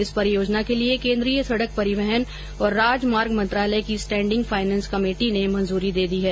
इस परियोजना के लिए केन्द्रीय सड़क परिवहन और राजमार्ग मंत्रालय की स्टैंडिंग फाइनेंस कमेटी ने मंजूरी दे दी है